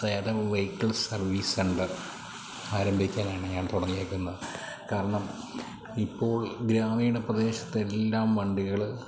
അതായത് vehicle service centre ആരംഭിക്കാനാണ് ഞാൻ തുടങ്ങിയേക്കുന്നത് കാരണം ഇപ്പോൾ ഗ്രാമീണ പ്രദേശത്തെല്ലാം വണ്ടികൾ